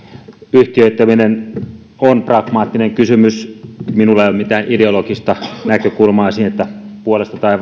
yhtiöittäminen on pragmaattinen kysymys minulla ei ole mitään ideologista näkökulmaa siihen että puolesta tai